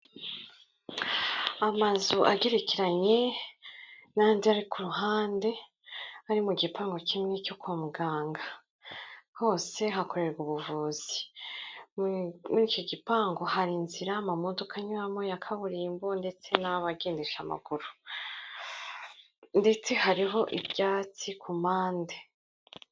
Amazu agerekeranye n'andi ari ku ruhande ari mu gipangu kimwe cyo kwa muganga. Hose hakorerwa ubuvuzi. Muri icyo gipangu hari inzira amamodoka anyuramo ya kaburimbo ndetse n'abagendesha amaguru. Ndetse hariho ibyatsi ku mpande.